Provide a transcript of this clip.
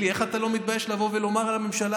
זו הממשלה